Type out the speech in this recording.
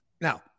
Now